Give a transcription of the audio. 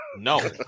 no